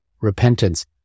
repentance